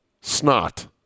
snot